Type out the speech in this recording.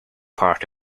part